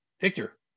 Victor